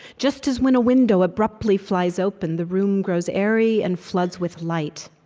just as when a window abruptly flies open the room grows airy and floods with light,